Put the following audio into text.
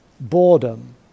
Boredom